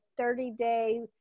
30-day